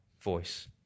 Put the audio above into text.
voice